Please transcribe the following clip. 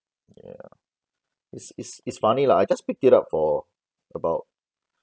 ya it's it's it's funny lah I just picked it up for about